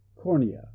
cornea